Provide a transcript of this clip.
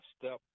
step